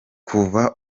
kuva